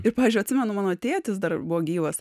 ir pavyzdžiui atsimenu mano tėtis dar buvo gyvas